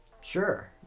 sure